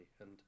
and-